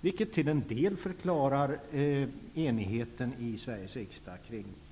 Det förklarar till en del enigheten i Sveriges riksdag